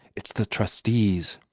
it is the trustees.